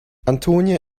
antonia